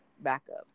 backup